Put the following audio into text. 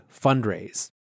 fundraise